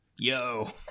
yo